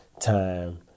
time